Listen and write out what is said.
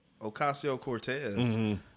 Ocasio-Cortez